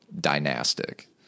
dynastic